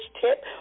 tip